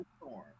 storm